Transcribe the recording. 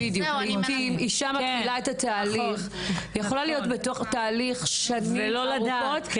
לעיתים אישה מתחילה את התהליך יכולה להיות בתוך תהליך שנים ארוכות,